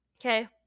Okay